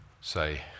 say